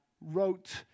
wrote